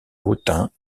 autun